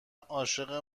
عاشق